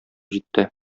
җитте